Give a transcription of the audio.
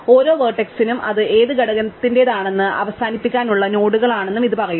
ഓരോ വേർട്സ്സിനും അത് ഏത് ഘടകത്തിന്റേതാണെന്ന് അവസാനിപ്പിക്കാനുള്ള നോഡുകളാണെന്ന് ഇത് പറയും